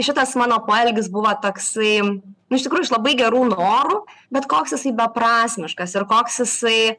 šitas mano poelgis buvo toksai nu iš tikrųjų iš labai gerų norų bet koks jisai beprasmiškas ir koks jisai